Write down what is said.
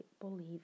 believe